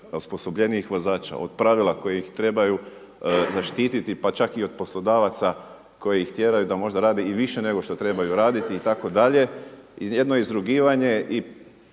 od osposobljenijih vozača, od pravila koji ih trebaju zaštititi pa čak i od poslodavaca koji ih tjeraju da možda rade i više nego što trebaju raditi itd. I jedno izrugivanje i